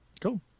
Cool